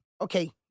okay